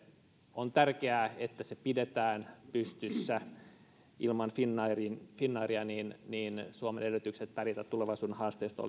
on tärkeää että se pidetään pystyssä ilman finnairia suomen edellytykset pärjätä tulevaisuuden haasteissa